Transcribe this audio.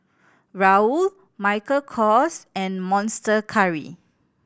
Raoul Michael Kors and Monster Curry